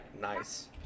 Nice